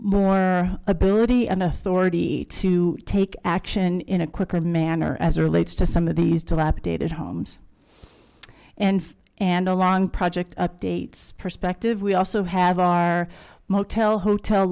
authority to take action in a quicker manner as relates to some of these dilapidated homes and and along project updates perspective we also have our motel hotel